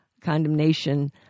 condemnation